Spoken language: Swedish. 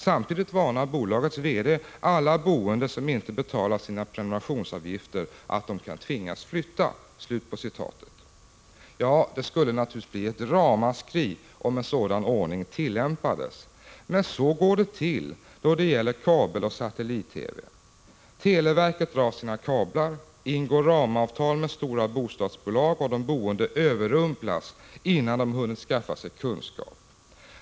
Samtidigt varnar bolagets VD alla boende som inte betalar sina prenumerationsavgifter att de kan tvingas flytta.” Det skulle naturligtvis bli ett ramaskri om en sådan ordning tillämpades. Men så går det faktiskt till då det gäller kabeloch satellit-TV. Televerket drar sina kablar och ingår ramavtal med stora bostadsbolag, och de boende överrumplas innan de hunnit skaffa sig kunskap.